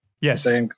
Yes